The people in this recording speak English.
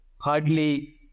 hardly